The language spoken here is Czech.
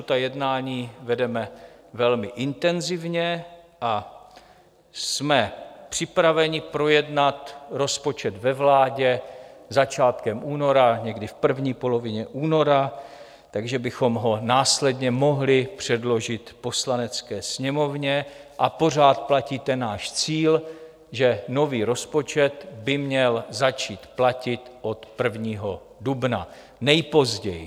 Ta jednání vedeme velmi intenzivně a jsme připraveni projednat rozpočet ve vládě začátkem února, někdy v první polovině února, takže bychom ho následně mohli předložit Poslanecké sněmovně, a pořád platí náš cíl, že nový rozpočet by měl začít platit od 1. dubna nejpozději.